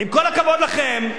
עם כל הכבוד לכם,